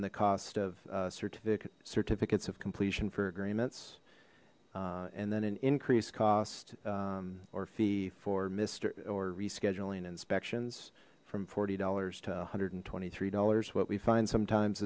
in the cost of certificate certificates of completion for agreements and then an increased cost or fee for missed or rescheduling inspections from forty dollars to a hundred and twenty three dollars what we find sometimes